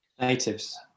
Natives